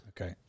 okay